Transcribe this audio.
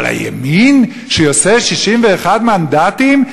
אבל הימין, כשיוצאים 61 מנדטים?